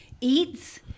eats